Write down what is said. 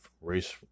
race